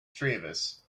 travis